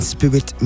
Spirit